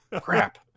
Crap